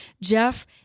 Jeff